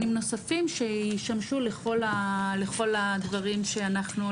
נוספים שישמשו לכל הדברים שאנחנו,